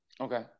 Okay